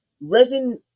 resin